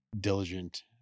diligent